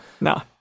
No